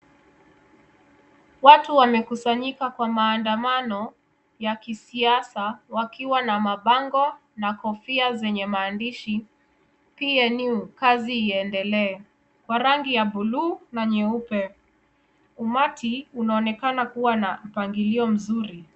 Watu wamekusanyika kwa maandamano ya kisiasa wakiwa na mabango na kofia zenye maandishi p n u kazi iendelee kwa rangi ya bulu na nyeupe. Umati unaonekana kuwa na mpangilio mzuri.